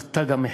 של "תג המחיר".